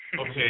Okay